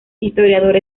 historiador